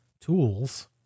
tools